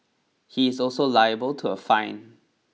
he is also liable to a fine